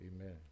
Amen